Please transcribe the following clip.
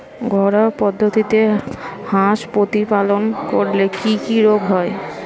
ঘরোয়া পদ্ধতিতে হাঁস প্রতিপালন করলে কি কি রোগ হয়?